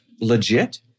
legit